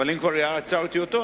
אבל אם כבר עצרתי אותו,